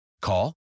Call